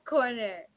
Corner